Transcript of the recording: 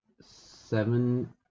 seven